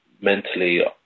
mentally